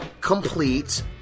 complete